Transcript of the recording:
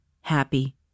happy